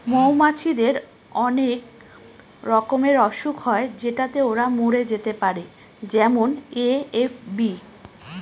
মৌমাছিদের অনেক রকমের অসুখ হয় যেটাতে ওরা মরে যেতে পারে যেমন এ.এফ.বি